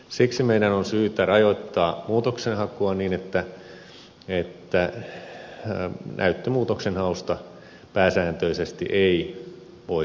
siksi meidän on syytä rajoittaa muutoksenhakua niin että näyttömuutoksenhausta pääsääntöisesti ei voisi enää valittaa